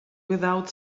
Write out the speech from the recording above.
without